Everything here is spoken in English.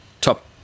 top